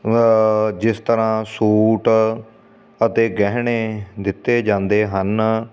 ਜਿਸ ਤਰ੍ਹਾਂ ਸੂਟ ਅਤੇ ਗਹਿਣੇ ਦਿੱਤੇ ਜਾਂਦੇ ਹਨ